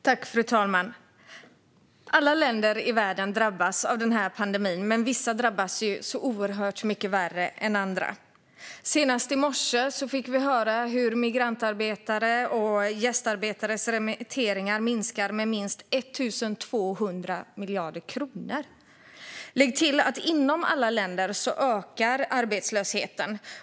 Fru talman! Alla länder i världen drabbas av denna pandemi, men vissa drabbas så oerhört mycket värre än andra. Senast i morse fick vi höra hur migrantarbetares och gästarbetares remitteringar minskar med minst 1 200 miljarder kronor. Lägg till att inom alla länder ökar arbetslösheten.